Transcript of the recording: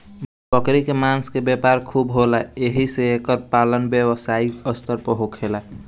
बकरी के मांस के व्यापार खूब होला एही से एकर पालन व्यवसायिक स्तर पर भी होखेला